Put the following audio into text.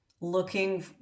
looking